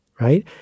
right